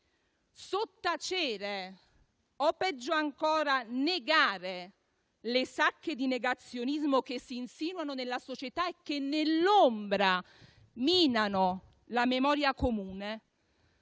Sottacere o, peggio ancora, negare le sacche di negazionismo che si insinuano nella società e che, nell'ombra, minano la memoria comune,